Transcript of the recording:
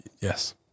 Yes